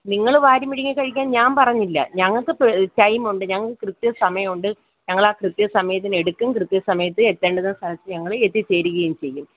നിങ്ങൾ വാരിവിഴുങ്ങിക്കഴിക്കാൻ ഞാൻ പറഞ്ഞില്ല ഞങ്ങൾക്ക് പ് ടൈമുണ്ട് ഞങ്ങൾക്ക് കൃത്യ സമയമുണ്ട് ഞങ്ങളാ കൃത്യ സമയത്തിനെടുക്കും കൃത്യസമയത്ത് എത്തേണ്ടുന്ന സ്ഥലത്ത് ഞങ്ങളെത്തിച്ചേരുകയും ചെയ്യും